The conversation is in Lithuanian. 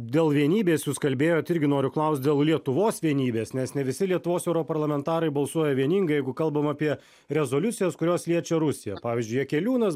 dėl vienybės jūs kalbėjot irgi noriu klaust dėl lietuvos vienybės nes ne visi lietuvos europarlamentarai balsuoja vieningai jeigu kalbam apie rezoliucijas kurios liečia rusiją pavyzdžiui jakeliūnas